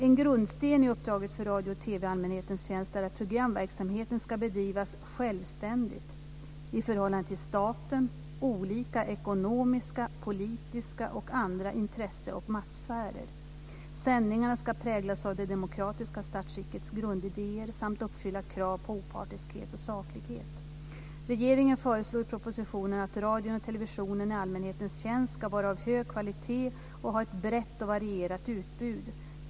En grundsten i uppdraget för radio och TV i allmänhetens tjänst är att programverksamheten ska bedrivas självständigt i förhållande till staten, olika ekonomiska, politiska och andra intresse och maktsfärer. Sändningarna ska präglas av det demokratiska statsskickets grundideér samt uppfylla krav på opartiskhet och saklighet. Regeringen föreslår i propositionen att radion och televisionen i allmänhetens tjänst ska vara av hög kvalitet och ha ett brett och varierat utbud.